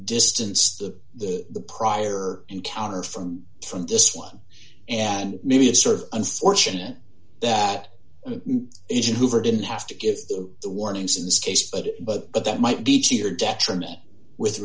distance to the prior encounter from from this one and maybe a sort of unfortunate that isn't hoover didn't have to give the warnings in this case but but but that might be to your detriment with